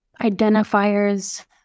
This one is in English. identifiers